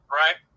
right